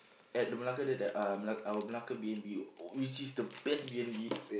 at the Malacca there there uh Mela~ our Malacca B_N_B uh which is the best B_N_B